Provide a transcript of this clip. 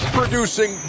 producing